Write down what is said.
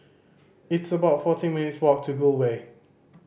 it's about fourteen minutes' walk to Gul Way